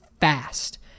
fast